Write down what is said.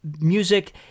music